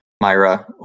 Myra